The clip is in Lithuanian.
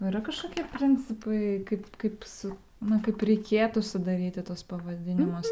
o yra kažkokie principai kaip kaip su na kaip reikėtų sudaryti tuos pavadinimus